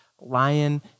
lion